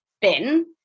bin